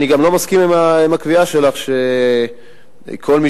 אני גם לא מסכים עם הקביעה שלך שכל מי